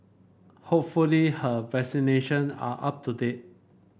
hopefully her vaccination are up to date